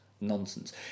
nonsense